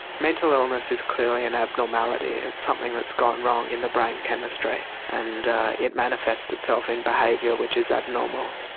mental illness is clearly an abnormality, it's something that's gone wrong in the brain chemistry and it manifests itself in behaviour which is abnormal.